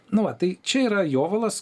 nu vat tai čia yra jovalas